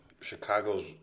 Chicago's